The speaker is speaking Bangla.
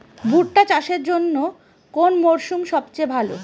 ভুট্টা চাষের জন্যে কোন মরশুম সবচেয়ে ভালো?